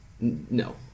No